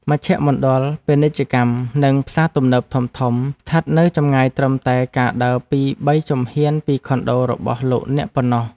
មជ្ឈមណ្ឌលពាណិជ្ជកម្មនិងផ្សារទំនើបធំៗស្ថិតនៅចម្ងាយត្រឹមតែការដើរពីរបីជំហានពីខុនដូរបស់លោកអ្នកប៉ុណ្ណោះ។